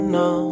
no